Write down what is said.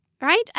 Right